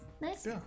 nice